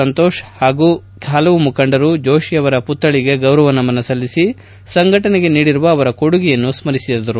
ಸಂತೋಷ್ ಹಾಗೂ ಹಲವು ಮುಖಂಡರು ಜೋಷಿಯವರ ಮತ್ತಳಿಗೆ ಗೌರವ ನಮನ ಸಲ್ಲಿಸಿ ಸಂಘಟನೆಗೆ ನೀಡಿರುವ ಅವರ ಕೊಡುಗೆಯನ್ನು ಸ್ಥರಿಸಿಕೊಂಡರು